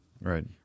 Right